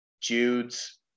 Jude's